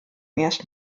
ersten